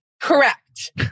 correct